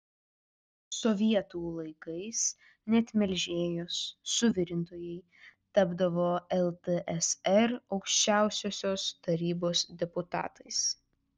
sovietų laikais net melžėjos suvirintojai tapdavo ltsr aukščiausiosios tarybos deputatais